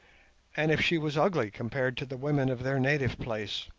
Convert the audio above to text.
and if she was ugly compared to the women of their native place.